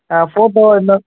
ஆ photo இன்னும்